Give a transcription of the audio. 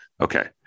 Okay